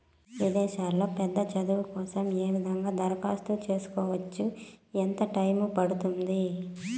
విదేశాల్లో పెద్ద చదువు కోసం ఏ విధంగా దరఖాస్తు సేసుకోవచ్చు? ఎంత టైము పడుతుంది?